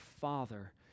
Father